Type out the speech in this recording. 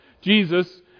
Jesus